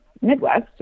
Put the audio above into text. Midwest